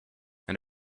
and